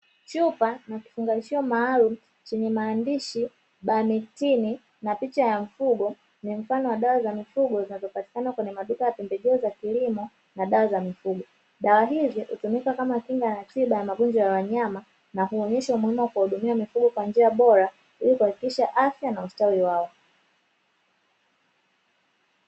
Chupa na kifunganishiwa maalum chenye maandishi "bametini" na picha ya mfugo ni mfano wa dawa za mifugo zinazopatikana kwenye maduka ya pembejeo za kilimo na dawa za mifugo, dawa hizi hutumika kama kinga na tiba ya magonjwa ya wanyama, na kuonyesha umuhimu wa kuwahudumia mifugo kwa njia bora ili kuhakikisha afya na ustawi wao.